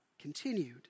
continued